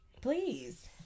Please